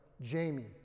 Jamie